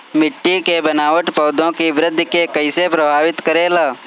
मिट्टी के बनावट पौधों की वृद्धि के कईसे प्रभावित करेला?